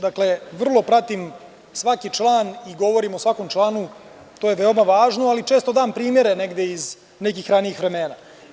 Dakle, vrlo pratim svaki član i govorim o svakom članu, to je veoma važno, ali i često dam primere negde iz nekih ranijih vremena.